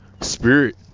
spirit